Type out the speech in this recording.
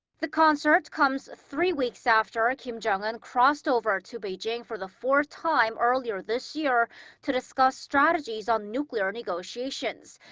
the concert comes three weeks after ah kim jong-un crossed over to beijing for the fourth time earlier this year to discuss strategies on nuclear negotiations.